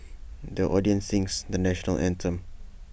the audience sings the National Anthem